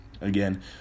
Again